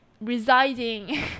residing